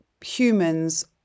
humans